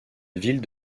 ville